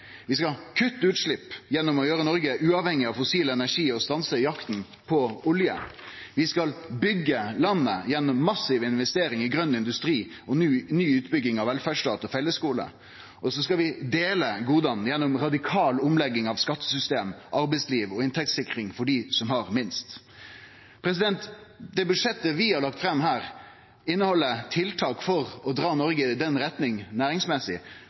Vi skal kutte utslepp gjennom å gjere Noreg uavhengig av fossil energi og stanse jakta på olje. Vi skal byggje landet gjennom massive investeringar i grøn industri og ny utbygging av velferdsstaten og fellesgode. Så skal vi dele goda gjennom radikal omlegging av skattesystemet, arbeidslivet og inntektssikring for dei som har minst. Det budsjettet vi har lagt fram her, inneheld tiltak for å dra Noreg i den retninga næringsmessig